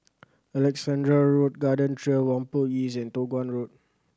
Alexandra Road Garden Trail Whampoa East and Toh Guan Road